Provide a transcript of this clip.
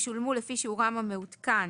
ישולמו לפי שיעורם המעודכן